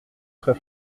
très